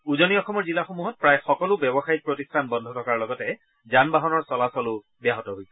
উজনী অসমৰ জিলাসমূহত প্ৰায় সকলো ব্যৱসায়িক প্ৰতিষ্ঠান বন্ধ থকাৰ লগতে যান বাহনৰ চলাচলো ব্যাহত হৈছে